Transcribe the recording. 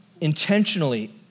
intentionally